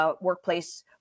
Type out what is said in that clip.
Workplace